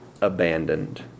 abandoned